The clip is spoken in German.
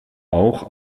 auch